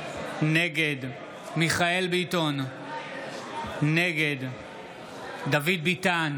נגד מיכאל מרדכי ביטון, נגד דוד ביטן,